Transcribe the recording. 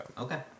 Okay